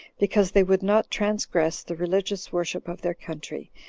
because they would not transgress the religious worship of their country,